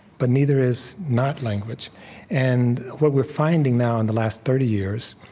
but neither is not-language. and what we're finding now, in the last thirty years,